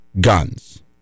guns